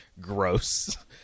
gross